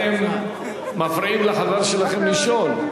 אתם מפריעים לחבר שלכם לשאול.